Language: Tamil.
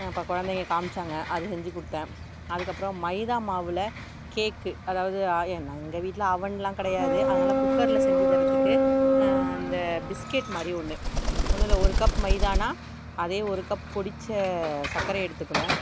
அப்போ குழந்தைங்க காமித்தாங்க அது செஞ்சு கொடுத்தேன் அதுக்கப்புறம் மைதா மாவில் கேக்கு அதாவது எங்கள் வீட்டில் அவனெலாம் கிடையாது அதனால குக்கரில் செஞ்சு தரத்துக்கு அந்த பிஸ்கேட் மாதிரி ஒன்று ஒன்றில்ல ஒரு கப் மைதானால் அதே ஒரு கப் பொடித்த சர்க்கரைய எடுத்துக்கணும்